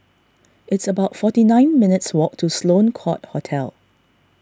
it's about forty nine minutes' walk to Sloane Court Hotel